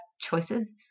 choices